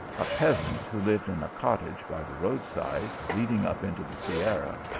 a peasant who lived in a cottage by the road-side leading up into the sierra,